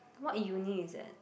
what uni is that